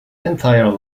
entire